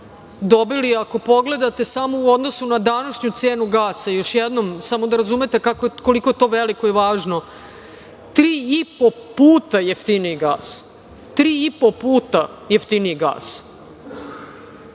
dobili, ako pogledate samo u odnosu na današnju cenu gasa, još jednom samo da razumete koliko je to veliko i važno, tri i po puta jeftiniji gas.